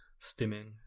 stimming